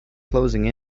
closing